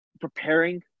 preparing